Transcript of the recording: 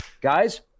guys